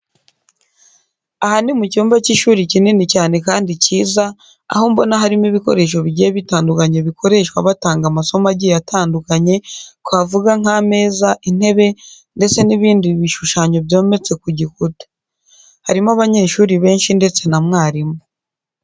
Aha ni mu cyumba cy'ishuri kinini cyane kandi cyiza aho mbona harimo ibikoresho bigiye bitandukanye bikoreshwa batanga amasomo agiye atandukanye, twavuga nk'ameza, intebe, ndetse n'ibindi bishushanyo byometse ku gikuta. Harimo abanyeshuri benshi ndetse na mwarimu.